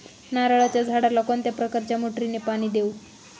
नारळाच्या झाडाला कोणत्या प्रकारच्या मोटारीने पाणी देऊ?